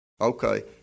Okay